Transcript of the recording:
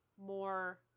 more